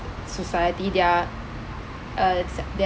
society they are uh accept them